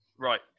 right